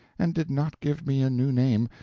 and did not give me a new name,